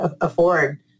afford